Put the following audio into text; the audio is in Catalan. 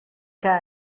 que